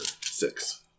Six